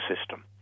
system